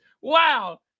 Wow